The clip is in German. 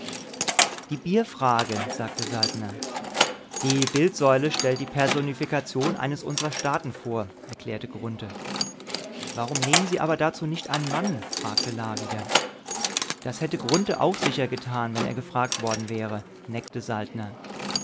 die bierfrage sagte saltner die bildsäule stellt die personifikation eines unsrer staaten vor erklärte grunthe warum nehmen sie aber dazu nicht einen mann fragte la wieder das hätte grunthe auch sicher getan wenn er gefragt worden wäre neckte saltner